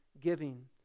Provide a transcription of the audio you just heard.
giving